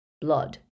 Blood